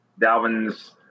Dalvin's